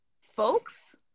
folks